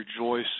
rejoice